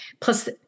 Plus